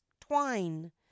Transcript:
twine